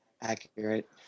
Accurate